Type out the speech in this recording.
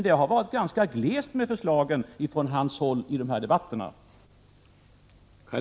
Det har varit ganska glest med 39 förslagen från hans håll i dessa debatter.